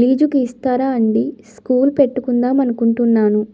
లీజుకు ఇస్తారా అండీ స్కూలు పెట్టుకుందాం అనుకుంటున్నాము